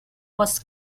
was